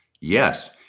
Yes